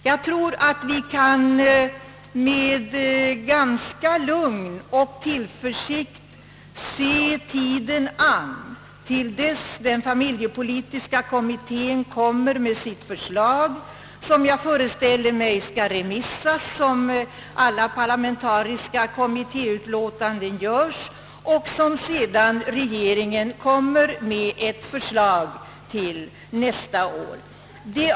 Jag tror att vi med lugn och tillförsikt kan se tiden an till dess familjepolitiska kommittén har avlämnat sitt förslag. Detta skall väl sedan som alla betänkanden från parlamentariska kommittéer remissbehandlas, varefter regeringen nästa år framlägger förslag för riksdagen.